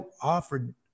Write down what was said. offered